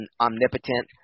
omnipotent